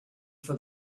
for